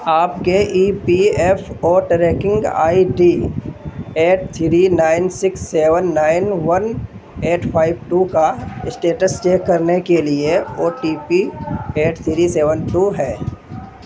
آپ کے E P F O tracking I D eight three nine six seven nine one eight five two کا status check کرنے کے لیے O T P eight three seven two ہے